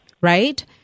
right